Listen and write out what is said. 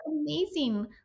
amazing